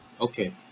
okay